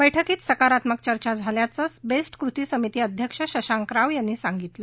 बैठकीत सकारात्मक चर्चा झाल्याचं बेस्ट कृती समिती अध्यक्ष शशांक राव यांनी सांगितलं